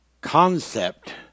concept